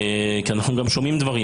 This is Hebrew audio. כי אנחנו גם שומעים דברים,